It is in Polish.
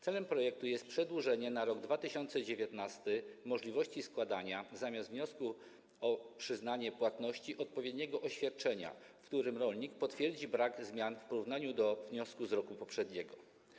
Celem projektu jest przedłużenie na rok 2019 możliwości składania, zamiast wniosku o przyznanie płatności, odpowiedniego oświadczenia, w którym rolnik potwierdzi brak zmian w porównaniu do wniosku z roku poprzedniego.